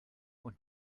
und